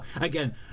Again